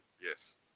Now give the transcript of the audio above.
yes